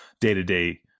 day-to-day